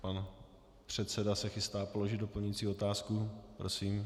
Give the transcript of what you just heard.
Pan předseda se chystá položit doplňující otázku, prosím.